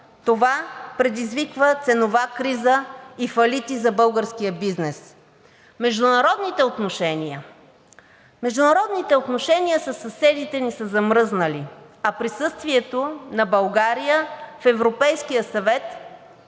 Това предизвиква ценова криза и фалити за българския бизнес. Международните отношения. Международните отношения със съседите ни са замръзнали, а присъствието на България в Европейския съвет